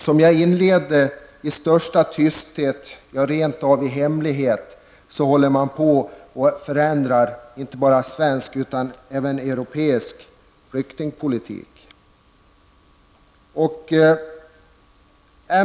Som jag inledningsvis sade sker förändringar inte bara i svensk utan även i europeisk flyktingpolitik i största tysthet, ja rent av i hemlighet.